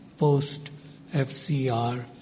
post-FCR